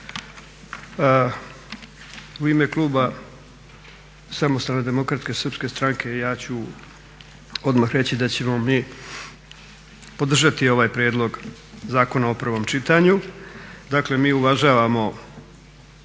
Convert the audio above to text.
U ime kluba Samostalne demokratske srpske stranke ja ću odmah reći da ćemo mi podržati ovaj prijedlog zakona u prvom čitanju. Dakle, mi uvažavamo